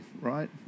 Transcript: right